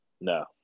No